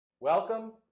Welcome